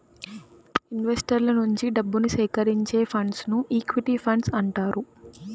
ఇన్వెస్టర్ల నుంచి డబ్బుని సేకరించే ఫండ్స్ను ఈక్విటీ ఫండ్స్ అంటారు